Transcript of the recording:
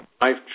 Life